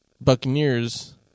Buccaneers